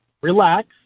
relax